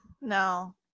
No